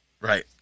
right